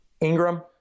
Ingram